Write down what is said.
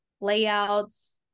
layouts